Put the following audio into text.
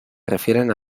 refieren